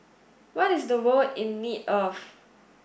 what is the world in need of